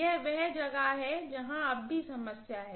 यह वह जगह है जहां समस्या अब है